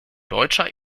deutscher